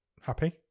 happy